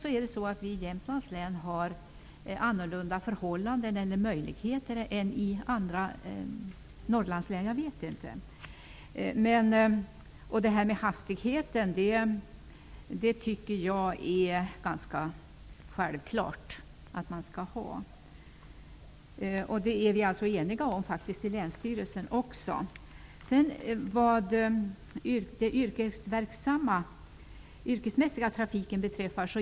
Jag vet inte om det råder andra förhållanden och finns andra möjligheter i Jämtlands län än i andra Jag tycker att det är ganska självklart att det skall finnas hastighetsbegränsningar för snöskotrar. Det är vi eniga om i länsstyrelsen också.